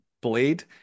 Blade